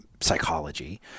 psychology